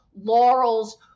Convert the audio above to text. laurels